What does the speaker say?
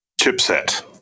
chipset